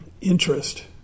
interest